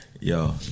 Yo